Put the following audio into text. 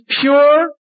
pure